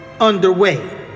Underway